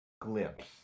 glimpse